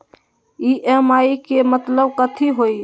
EMI के मतलब कथी होई?